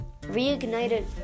reignited